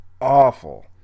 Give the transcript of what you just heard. awful